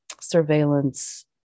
surveillance